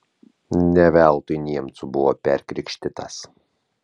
ne veltui niemcu perkrikštytas